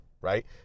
right